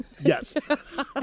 Yes